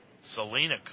Selena